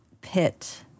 pit